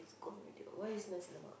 it's gone already [what] why is nasi-lemak